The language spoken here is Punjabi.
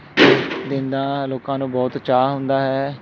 ਇਸ ਦਿਨ ਦਾ ਲੋਕਾਂ ਨੂੰ ਬਹੁਤ ਚਾਅ ਹੁੰਦਾ ਹੈ